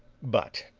but,